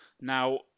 now